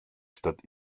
stadt